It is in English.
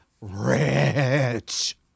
rich